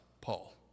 Paul